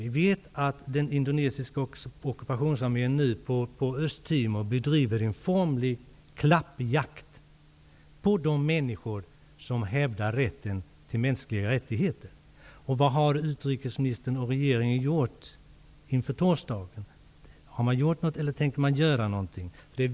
Vi vet att den indonesiska ockupationsarmén nu bedriver en formlig klappjakt på de människor som hävdar rätten till mänskliga rättigheter på Östtimor. Vad har utrikesministern och regeringen gjort inför torsdagen? Tänker ni göra något?